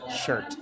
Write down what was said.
shirt